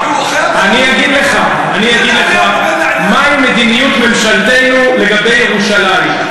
אני אגיד לך מהי מדיניות ממשלתנו לגבי ירושלים.